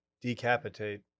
decapitate